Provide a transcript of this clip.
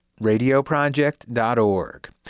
radioproject.org